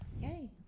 Yay